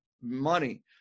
money